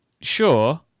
sure